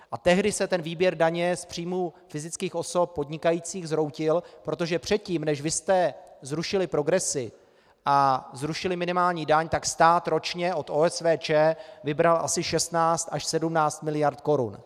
A tehdy se ten výběr daně z příjmů fyzických osob podnikajících zhroutil, protože předtím, než vy jste zrušili progresi a zrušili minimální daň, stát ročně od OSVČ vybral asi 16 až 17 miliard korun.